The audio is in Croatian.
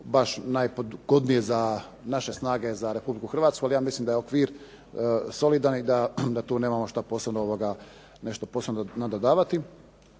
baš najpogodnije za naše snage za Republiku Hrvatsku ali ja mislim da je okvir solidan i da tu nemamo što posebno nadodavati.